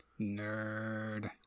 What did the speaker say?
nerd